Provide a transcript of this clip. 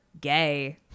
gay